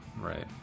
right